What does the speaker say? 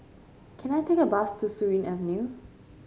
can I take a bus to Surin Avenue